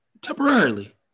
temporarily